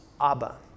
Abba